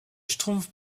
schtroumpf